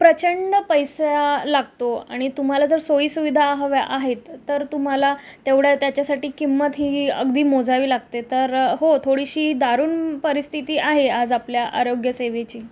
प्रचंड पैसा लागतो आणि तुम्हाला जर सोयीसुविधा हव्या आहेत तर तुम्हाला तेवढ्या त्याच्यासाठी किंमत ही अगदी मोजावी लागते तर हो थोडीशी दारूण परिस्थिती आहे आज आपल्या आरोग्यसेवेची